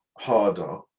Harder